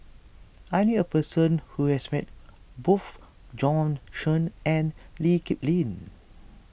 I knew a person who has met both Bjorn Shen and Lee Kip Lin